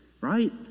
right